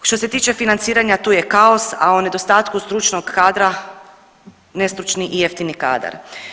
Što se tiče financiranja tu je kaos, a o nedostatku stručnog kadra nestručni i jeftini kadar.